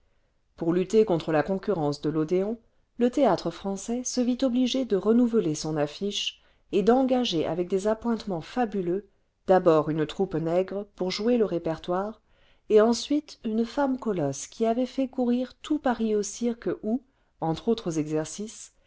pour lutter contre la concurrence de l'odéon le théâtre-français se vit obligé de renouveler son affiche et d'engager avec des appointements fabuleux d'abord une troupe nègre pour jouer le répertoire et ensuite une femme colosse qui avait fait courir tout paris au cirque où entre autres exercices